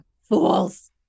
fools